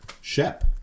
Shep